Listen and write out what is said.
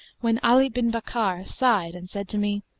when ali bin bakkar sighed and said to me,